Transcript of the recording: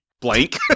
Blank